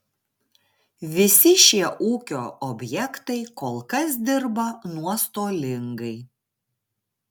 visi šie ūkio objektai kol kas dirba nuostolingai